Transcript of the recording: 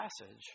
passage